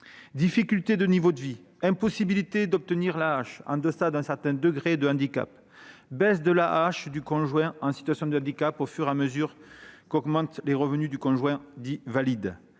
Difficultés de niveau de vie, impossibilité d'obtenir l'AAH en deçà d'un certain degré de handicap, baisse de l'AAH de la personne en situation de handicap au fur et à mesure qu'augmentent les revenus du conjoint valide,